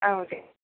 औ दे